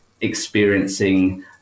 experiencing